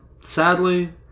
sadly